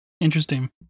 Interesting